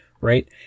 right